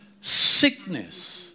sickness